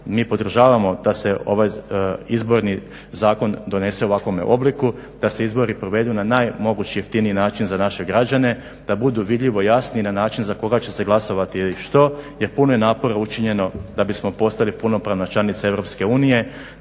mi podržavamo da se ovaj izborni zakon donese u ovakvome obliku, da se izbori provedu na najmoći jeftiniji način za naše građane, da budu vidljivo jasni na način za koga će se glasovati i što, jer puno je napora učinjeno da bi smo postali punopravna članica EU.